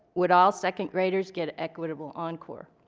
would all second graders get equitable encore?